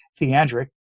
theandric